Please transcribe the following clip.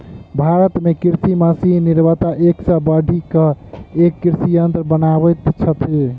भारत मे कृषि मशीन निर्माता एक सॅ बढ़ि क एक कृषि यंत्र बनबैत छथि